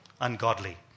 ungodly